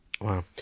Wow